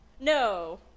No